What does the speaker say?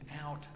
out